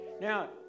Now